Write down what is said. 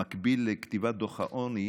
במקביל לכתיבת דוח העוני,